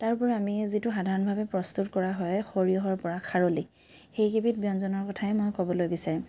তাৰপৰা আমি যিটো সাধাৰণভাৱে প্ৰস্তুত কৰা হয় সৰিয়হৰপৰা খাৰলি সেই কেইবিধ ব্যঞ্জনৰ কথাই মই ক'বলৈ বিচাৰিম